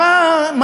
אז מה העניין?